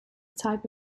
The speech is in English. type